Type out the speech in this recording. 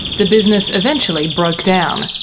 the business eventually broke down,